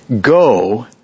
Go